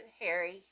Harry